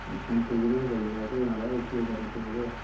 शंकर देव होर बोल्लै दे अस महाराज एह् केह् करा दे तुस